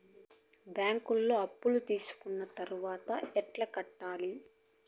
బ్యాంకులో అప్పు తీసుకొని తర్వాత ఎట్లా కట్టాలి?